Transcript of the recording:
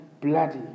bloody